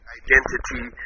identity